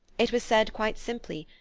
it was said quite simply,